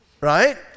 right